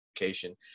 education